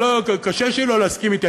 קשה שלא להסכים אתי.